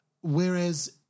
Whereas